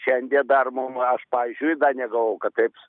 šiandien dar mum aš pavyzdžiui dar negalvojau kad taip